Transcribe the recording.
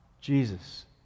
Jesus